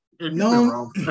no